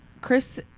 Chris